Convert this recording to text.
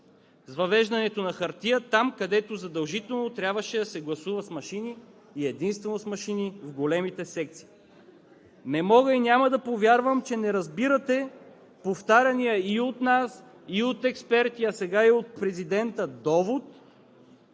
въвеждането на хартия там, където задължително трябваше да се гласува с машини и единствено с машини – в големите секции. Не мога и няма да повярвам, че не разбирате повтаряния и от нас, и от експерти, а сега и от президента довод,